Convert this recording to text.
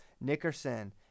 Nickerson